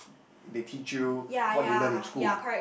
they teach you what you learned in school